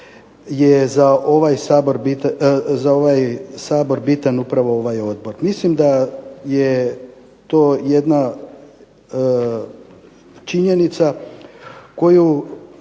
je za ovaj Sabor bitan upravo ovaj Odbor. Mislim da je to jedna činjenica koju